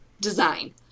design